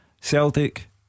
Celtic